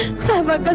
sahiba.